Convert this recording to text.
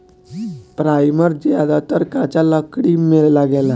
primer ज्यादातर कच्चा लकड़ी में लागेला